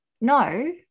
no